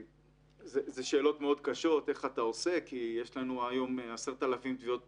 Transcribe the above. אלה שאלות מאוד קשות איך אתה עושה כי יש לנו היום 10,000 תביעות פתוחות,